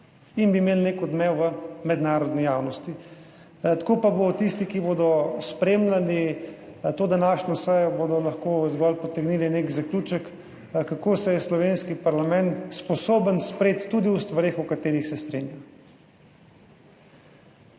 in bi imeli nek odmev v mednarodni javnosti. Tako pa bodo tisti, ki bodo spremljali to današnjo sejo, bodo lahko zgolj potegnili nek zaključek, kako se je slovenski parlament sposoben spreti tudi o stvareh o katerih se strinja.